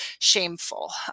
shameful